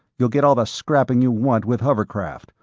you'll get all the scrapping you want with hovercraft.